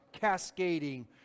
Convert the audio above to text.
cascading